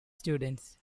students